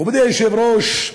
מכובדי היושב-ראש,